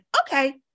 Okay